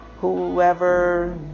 whoever